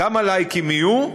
כמה "לייקים" יהיו?